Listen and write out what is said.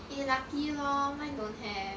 eh lucky lor mine don't have